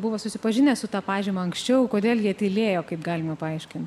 buvo susipažinę su ta pažyma anksčiau kodėl jie tylėjo kaip galime paaiškin